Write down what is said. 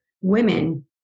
women